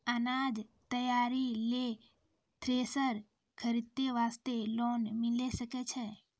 अनाज तैयारी लेल थ्रेसर खरीदे वास्ते लोन मिले सकय छै?